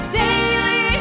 daily